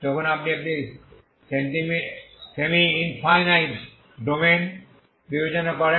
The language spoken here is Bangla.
যখন আপনি একটি সেমি ইনফাইনাইট ডোমেইন বিবেচনা করেন